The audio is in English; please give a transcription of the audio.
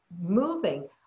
moving